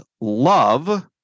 love